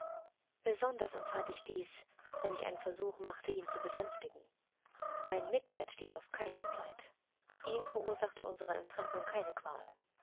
besonders empfand ich dies wenn ich einen versuch machte ihn zu besänftigen mein mitleid stieß auf kein mitleid ihm verursachte unsere entfremdung keine qual